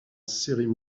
séries